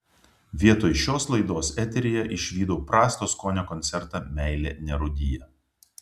vietoj šios laidos eteryje išvydau prasto skonio koncertą meilė nerūdija